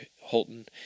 Holton